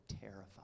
terrified